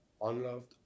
unloved